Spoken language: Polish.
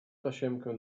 tasiemkę